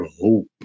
hope